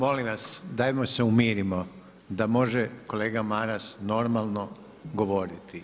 Molim vas dajmo se umirimo da može kolega Maras normalno govoriti.